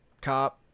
cop